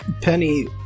Penny